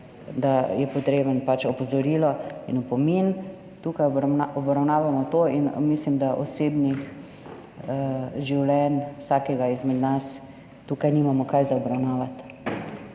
da je potrebno opozorilo in opomin. Tukaj obravnavamo to in mislim, da osebnih življenj vsakega izmed nas tukaj nimamo kaj za obravnavati.